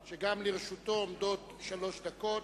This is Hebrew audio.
וגם לרשותו עומדות שלוש דקות.